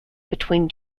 between